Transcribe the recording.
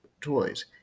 toys